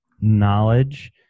knowledge